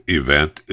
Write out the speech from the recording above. event